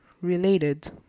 related